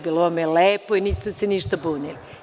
Bilo vam je lepo i niste se ništa bunili.